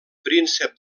príncep